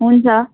हुन्छ